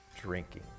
drinking